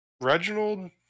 Reginald